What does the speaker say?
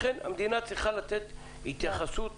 לכן המדינה צריכה לתת התייחסות